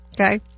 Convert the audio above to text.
okay